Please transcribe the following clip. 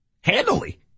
handily